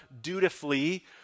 dutifully